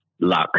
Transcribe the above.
Luck